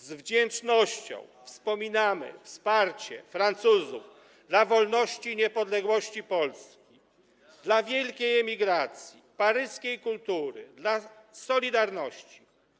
Z wdzięcznością wspominamy wsparcie Francuzów dla wolności i niepodległości Polski, dla wielkiej emigracji, paryskiej „Kultury”, dla „Solidarności”